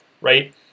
right